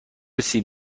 سیب